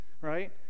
right